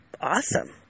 awesome